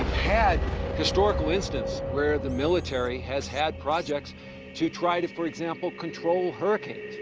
had historical incidents where the military has had projects to try to, for example, control hurricanes.